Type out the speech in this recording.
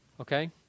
Okay